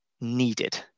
needed